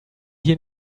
hier